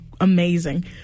amazing